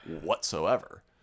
whatsoever